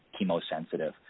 chemosensitive